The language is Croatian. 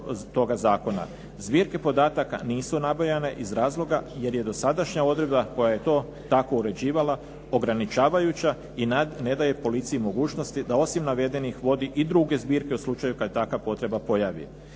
Zbirke podataka nisu nabrojane iz razloga jer je dosadašnja odredba koja je to tako uređivala ograničavajuća i ne daje policiji mogućnosti da osim navedenih vodi i druge zbirke u slučaju kada se takva potreba pojavi.